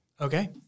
Okay